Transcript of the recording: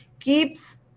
keeps